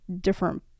different